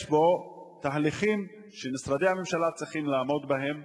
יש פה תהליכים שמשרדי הממשלה צריכים לעמוד בהם